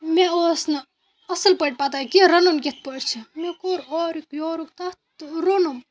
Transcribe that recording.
مےٚ اوس نہٕ اَصٕل پٲٹھۍ پَتہ کہِ رَنُن کِتھ پٲٹھۍ چھِ مےٚ کوٚر اورُک یورُک تَتھ تہٕ روٚنُم